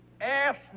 ask